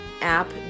app